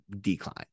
decline